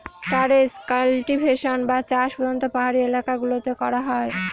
terrace cultivation বা চাষ প্রধানত পাহাড়ি এলাকা গুলোতে করা হয়